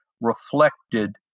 reflected